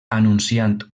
anunciant